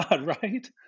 Right